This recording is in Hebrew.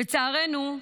לצערנו,